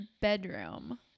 bedroom